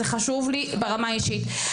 זה חשוב לי ברמה האישית,